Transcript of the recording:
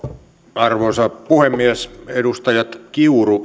arvoisa puhemies edustajat kiuru